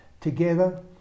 together